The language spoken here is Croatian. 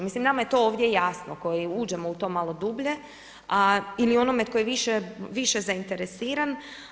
Mislim nama je to ovdje jasno koji uđemo u to malo dublje ili onome tko je više zainteresiran.